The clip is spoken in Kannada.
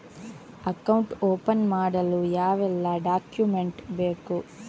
ಅಕೌಂಟ್ ಓಪನ್ ಮಾಡಲು ಯಾವೆಲ್ಲ ಡಾಕ್ಯುಮೆಂಟ್ ಬೇಕು?